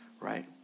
right